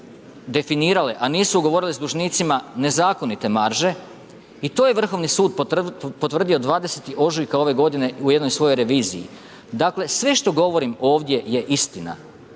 definirale a nisu ugovorile s dužnicima nezakonite marže, i to je Vrhovni sud potvrdio 20. ožujka ove godine u jednoj svojoj reviziji. Dakle sve što govorim ovdje je istina.